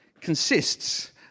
consists